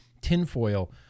tinfoil